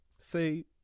say